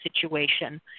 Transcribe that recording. situation